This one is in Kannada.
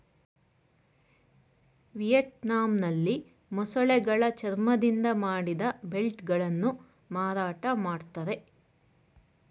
ವಿಯೆಟ್ನಾಂನಲ್ಲಿ ಮೊಸಳೆಗಳ ಚರ್ಮದಿಂದ ಮಾಡಿದ ಬೆಲ್ಟ್ ಗಳನ್ನು ಮಾರಾಟ ಮಾಡ್ತರೆ